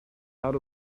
out